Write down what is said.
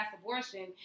abortion